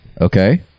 Okay